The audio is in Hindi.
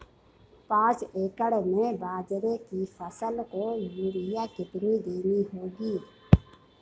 पांच एकड़ में बाजरे की फसल को यूरिया कितनी देनी होगी?